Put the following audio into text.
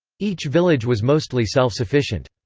each village was mostly self-sufficient.